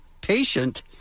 patient